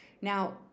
Now